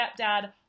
stepdad